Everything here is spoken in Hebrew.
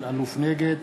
נגד